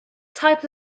type